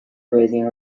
raising